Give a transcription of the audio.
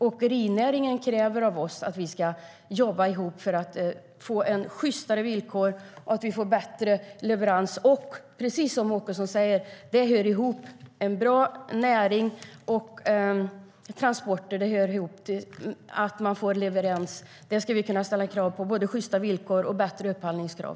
Åkerinäringen kräver av oss att vi ska jobba ihop för att få sjystare villkor och bättre leveranser. Precis som Åkesson säger hör en bra näring och transporter ihop. Det är viktigt att få leveranser. Vi ska kunna ställa krav på sjysta villkor och ha bättre upphandlingskrav.